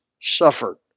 suffered